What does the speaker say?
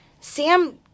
Sam